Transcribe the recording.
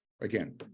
Again